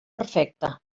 perfecta